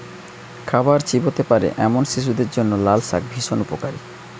খাবার চিবোতে পারে এমন শিশুদের জন্য লালশাক ভীষণ উপকারী